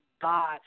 God